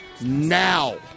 now